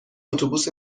اتوبوس